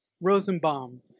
Rosenbaum